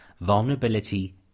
vulnerability